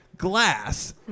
glass